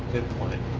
good point.